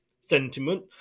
sentiment